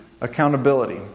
accountability